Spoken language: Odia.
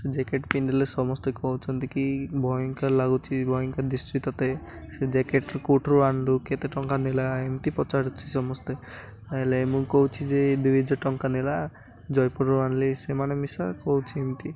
ସେ ଜ୍ୟାକେଟ୍ ପିନ୍ଧିଲେ ସମସ୍ତେ କହୁଛନ୍ତି କି ଭୟଙ୍କର ଲାଗୁଛି ଭୟଙ୍କର ଦିଶୁଛି ତୋତେ ସେ ଜ୍ୟାକେଟ୍ରୁ କେଉଁଠୁ ଆଣିଲୁ କେତେ ଟଙ୍କା ନେଲା ଏମିତି ପଚାରୁଛନ୍ତି ସମସ୍ତେ ହେଲେ ମୁଁ କହୁଛି ଯେ ଦୁଇହଜାର ଟଙ୍କା ନେଲା ଜୟପୁରରୁ ଆଣିଲି ସେମାନେ ମିଶା କହୁଛି ଏମିତି